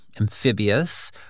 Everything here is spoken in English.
amphibious